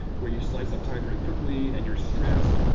where you slice up time very quickly, and you're stressed,